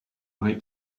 eye